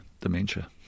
dementia